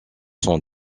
sont